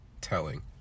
telling